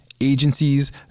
agencies